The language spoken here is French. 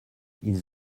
ils